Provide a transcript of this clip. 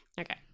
Okay